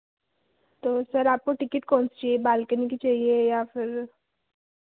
तो सर आपको टिकेट कौन सी चाहिए बालकनी की चाहिए या फिर